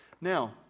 Now